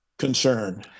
concern